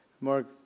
Mark